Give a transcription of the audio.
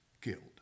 killed